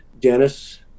Dennis